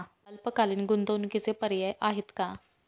अल्पकालीन गुंतवणूकीचे पर्याय आहेत का?